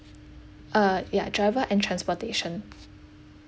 uh ya driver and transportation